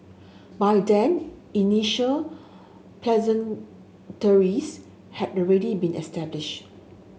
by then initial had already been established